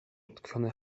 utkwione